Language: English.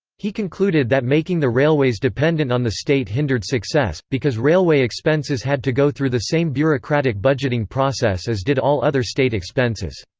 he concluded that making the railways dependent on the state hindered success, because railway expenses had to go through the same bureaucratic budgeting process as did all other state expenses.